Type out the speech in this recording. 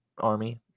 Army